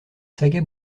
saga